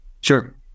Sure